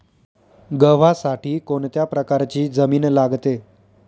गव्हासाठी कोणत्या प्रकारची जमीन लागते?